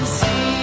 see